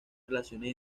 relaciones